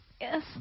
Yes